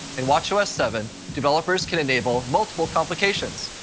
in watchos seven developers can enable multiple complications,